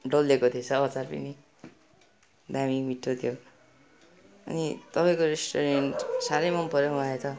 डल्लेको थिएछ हो अचार पनि दामी मिठो थियो अनि तपाईँको रेस्टुरेन्ट साह्रै मनपर्यो मलाई त